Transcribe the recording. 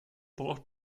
braucht